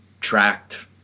tracked